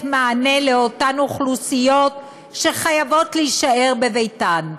מענה לאותן אוכלוסיות שחייבות להישאר בביתן.